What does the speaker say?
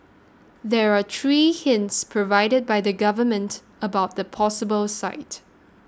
there were three hints provided by the government about the possible site